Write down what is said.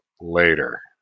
later